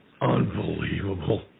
unbelievable